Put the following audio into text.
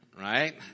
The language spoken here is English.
Right